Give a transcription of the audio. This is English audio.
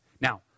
Now